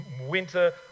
winter